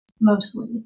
mostly